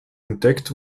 entdeckt